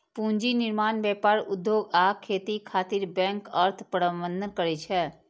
पूंजी निर्माण, व्यापार, उद्योग आ खेती खातिर बैंक अर्थ प्रबंधन करै छै